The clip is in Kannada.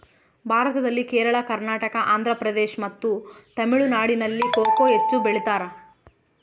ಭಾರತದಲ್ಲಿ ಕೇರಳ, ಕರ್ನಾಟಕ, ಆಂಧ್ರಪ್ರದೇಶ್ ಮತ್ತು ತಮಿಳುನಾಡಿನಲ್ಲಿ ಕೊಕೊ ಹೆಚ್ಚು ಬೆಳಿತಾರ?